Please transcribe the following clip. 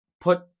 put